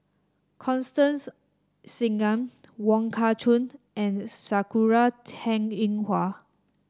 Constance Singam Wong Kah Chun and Sakura Teng Ying Hua